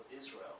Israel